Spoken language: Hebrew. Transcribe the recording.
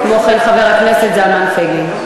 כמו כן, חבר הכנסת זלמן פייגלין.